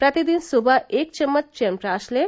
प्रतिदिन सुबह एक चम्मच च्यवनप्राश लें